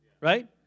Right